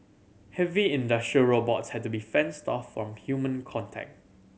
heavy industrial robots had to be fenced off from human contact